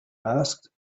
asked